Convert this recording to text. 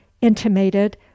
intimated